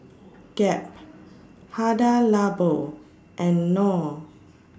Gap Hada Labo and Knorr